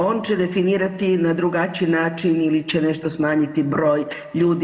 On će definirati na drugačiji način ili će nešto smanjiti broj ljudi.